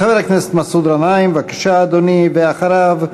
חבר הכנסת מסעוד גנאים, בבקשה, אדוני, ואחריו,